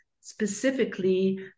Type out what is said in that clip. specifically